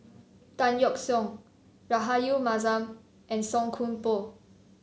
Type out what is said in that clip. Tan Yeok Seong Rahayu Mahzam and Song Koon Poh